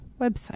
website